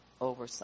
over